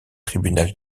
tribunal